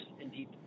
indeed